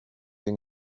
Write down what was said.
den